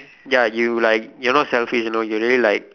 ya you like you're not selfish you know you're really like